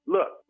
Look